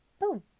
boom